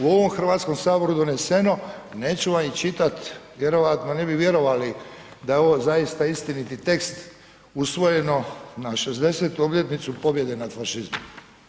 U ovom Hrvatskom saboru je doneseno, neću vam ih čitat vjerojatno ne bi vjerovali da je ovo zaista istiniti tekst usvojeno na 60-tu obljetnicu pobjede nad fašizmom.